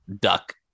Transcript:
duck